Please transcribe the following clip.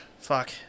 Fuck